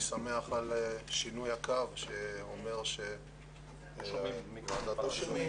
אני שמח על שינוי הקו שאומר שוועדת החינוך